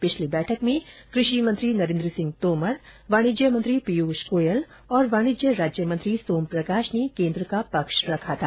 पिछली बैठक में कृषि मंत्री नरेन्द्र सिंह तोमर वाणिज्य मंत्री पीयूष गोयल और वाणिज्य राज्यमंत्री सोम प्रकाश ने केन्द्र का पक्ष रखा था